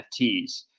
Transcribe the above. NFTs